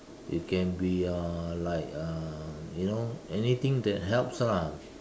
it can be uh like uh you know anything that helps lah